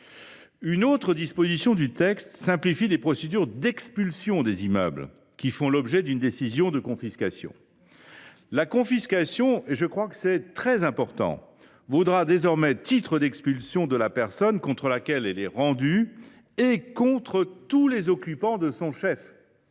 Une autre disposition du texte simplifie les procédures d’expulsion des immeubles faisant l’objet d’une décision de confiscation. La confiscation, et c’est très important, vaudra désormais titre d’expulsion de la personne contre laquelle elle est rendue et contre tous les occupants de son chef.